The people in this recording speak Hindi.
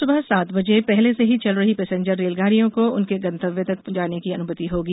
कल सुबह सात बजे पहले से ही चल रही पैसेंजर रेलगाड़ियों को उनके गंतव्य तक जाने की अनुमति होगी